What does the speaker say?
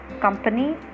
company